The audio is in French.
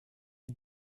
est